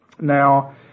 Now